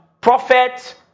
prophet